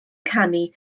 canu